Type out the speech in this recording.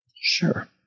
Sure